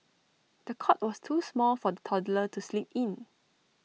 the cot was too small for the toddler to sleep in